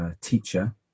teacher